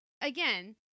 again